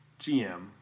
GM